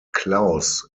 klaus